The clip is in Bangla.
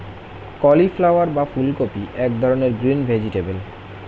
কলিফ্লাওয়ার বা ফুলকপি এক ধরনের গ্রিন ভেজিটেবল